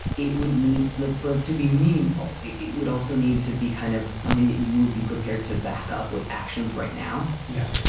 it would need like for it to be meaningful. it it would also need to be kind of something that you would be prepared to back up with actions right now. yeah.